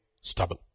stubble